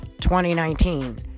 2019